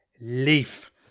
Leaf